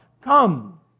Come